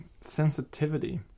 sensitivity